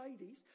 ladies